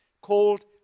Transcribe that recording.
called